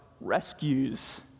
rescues